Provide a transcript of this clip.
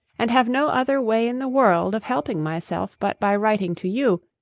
and have no other way in the world of helping myself but by writing to you,